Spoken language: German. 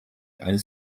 eines